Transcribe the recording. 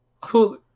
Cool